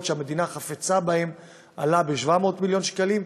שהמדינה חפצה בהם עלה ב-700 מיליון שקלים,